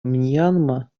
мьянма